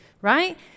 right